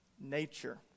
nature